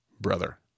brother